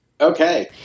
Okay